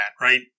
right